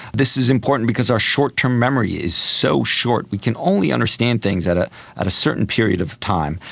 this is important because our short-term memory is so short. we can only understand things at ah at a certain period of time.